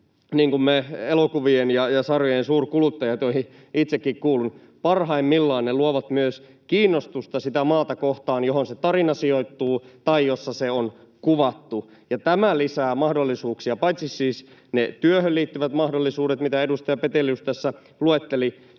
niin kuin meillä elokuvien ja sarjojen suurkuluttajilla, joihin itsekin kuulun — luo myös kiinnostusta sitä maata kohtaan, johon se tarina sijoittuu tai jossa se on kuvattu. Ja tämä lisää mahdollisuuksia: paitsi niitä työhön liittyviä mahdollisuuksia, mitä edustaja Petelius tässä luetteli,